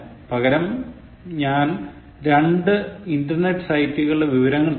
പകരം ഞാൻ രണ്ട് ഇന്റർനെറ്റ് സൈറ്റുകളുടെ വിവരങ്ങൾ തരും